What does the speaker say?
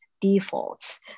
defaults